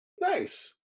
Nice